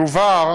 יובהר